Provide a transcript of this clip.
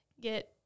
get